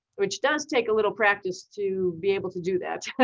which does take a little practice to be able to do that,